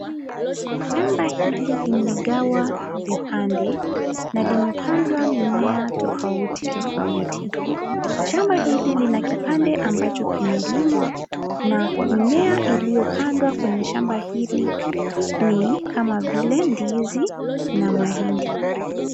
Shamba hili limega vipande na limepandwa mimea tofauti tofauti. Shamba hili lina kipande ambacho kimelimwa na mimea iliyopandwa kwenye shamba hili ni kama vile, ndizi na mahindi.